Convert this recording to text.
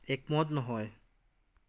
একমত নহয়